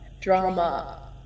drama